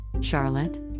Charlotte